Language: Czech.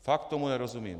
Fakt tomu nerozumím.